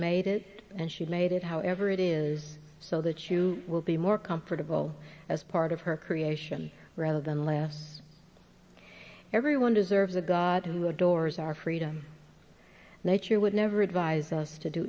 made it and she made it however it is so that you will be more comfortable as part of her creation rather than less everyone deserves a god who adores our freedom nature would never advise us to do